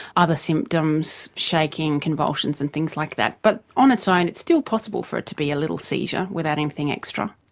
other symptoms, shaking, convulsions and things like that. but on its own it's still possible for it to be a little seizure without anything extra.